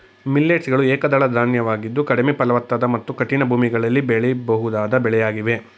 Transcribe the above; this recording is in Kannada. ಮಿಲ್ಲೆಟ್ಸ್ ಗಳು ಏಕದಳ ಧಾನ್ಯವಾಗಿದ್ದು ಕಡಿಮೆ ಫಲವತ್ತಾದ ಮತ್ತು ಕಠಿಣ ಭೂಮಿಗಳಲ್ಲಿ ಬೆಳೆಯಬಹುದಾದ ಬೆಳೆಯಾಗಿವೆ